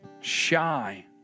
shy